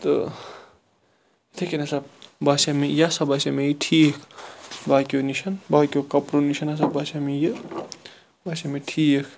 تہٕ یِتھے کنۍ ہَسا باسیو مےٚ یہِ ہَسا باسیو مےٚ یہِ ٹھیٖکھ باقیو نِش باقیو کَپرو نِش ہَسا باسیو مےٚ یہِ باسیو مےٚ ٹھیٖک